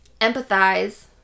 empathize